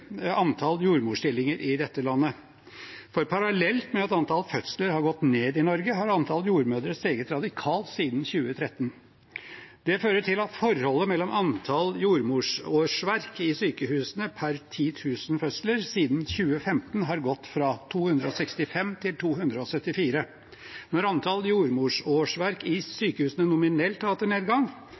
antall jordmorstillinger i dette landet, for parallelt med at antall fødsler har gått ned i Norge, har antall jordmødre steget radikalt siden 2013. Det fører til at forholdet mellom antall jordmorårsverk i sykehusene per 10 000 fødsler siden 2015 har gått fra 265 til 274. Når antall jordmorårsverk i sykehusene nominelt har hatt en nedgang